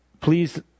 Please